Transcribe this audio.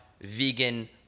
vegan